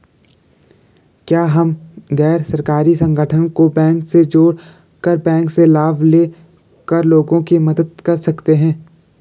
क्या हम गैर सरकारी संगठन को बैंक से जोड़ कर बैंक से लाभ ले कर लोगों की मदद कर सकते हैं?